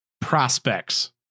prospects